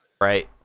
Right